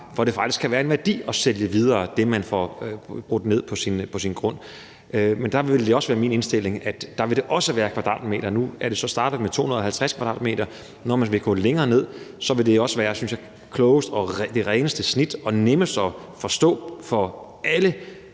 at der faktisk kan være en værdi i at sælge de materialer videre, som man får brudt ned på sin grund. Men der vil det være min indstilling, at det også vil gælde kvadratmeter. Nu er det så startet med 250 m², men når man vil gå længere ned, vil det, synes jeg, være klogest og det reneste snit og nemmest at forstå for alle